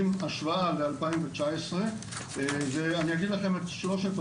עם השוואה ל-2019 ואני אגיד לכם את שלושת,